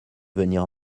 venir